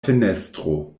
fenestro